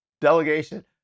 delegation